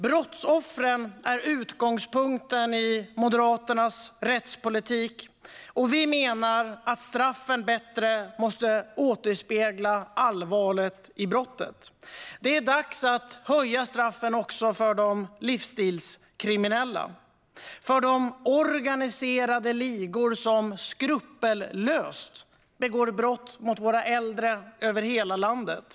Brottsoffren är utgångspunkten i Moderaternas rättspolitik. Vi menar att straffen bättre måste återspegla allvaret i brottet. Det är dags att höja straffen också för de livsstilskriminella. Det handlar om de organiserade ligor som skrupelfritt begår brott mot våra äldre över hela landet.